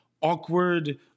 awkward